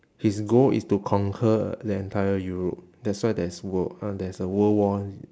his goal is to conquer the entire europe that's why there's world uh there is a world war